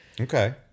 Okay